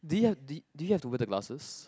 do you ha~ do you have to wear the glasses